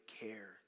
care